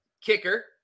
Kicker